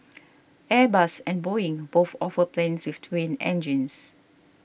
Airbus and Boeing both offer planes with twin engines